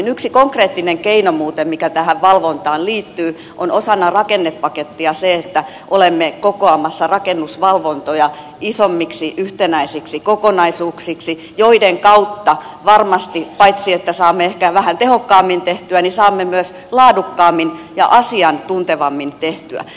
muuten yksi konkreettinen keino mikä tähän valvontaan liittyy on osana rakennepakettia se että olemme kokoamassa rakennusvalvontoja isommiksi yhtenäisiksi kokonaisuuksiksi joiden kautta varmasti paitsi saamme ehkä vähän tehokkaammin tehtyä myös saamme laadukkaammin ja asiantuntevammin tehtyä